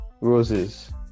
roses